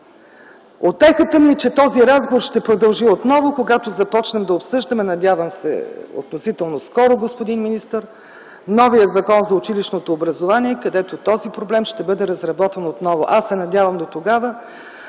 Утехата ми е, че този разговор ще продължи отново, когато започнем да обсъждаме, надявам се относително скоро, господин министър, новия Закон за училищното образование, където този проблем ще бъде разработен отново. Аз се надявам дотогава